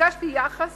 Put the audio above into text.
ביקשתי יחס